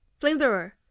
Flamethrower